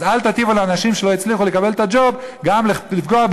אז אל תטיפו לאנשים שלא הצליחו לקבל את הג'וב וגם פוגעים